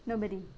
nobody